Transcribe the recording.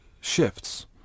shifts